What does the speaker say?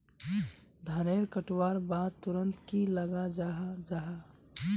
धानेर कटवार बाद तुरंत की लगा जाहा जाहा?